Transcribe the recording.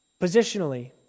Positionally